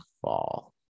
fall